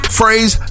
phrase